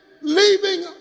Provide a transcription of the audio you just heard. leaving